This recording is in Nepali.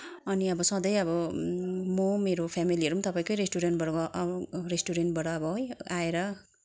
अनि अब सधैँ अब म मेरो फेमिलीहरू पनि तपाईँकै रेस्टुरेन्टबाट रेस्टुरेन्टबाट अब है आएर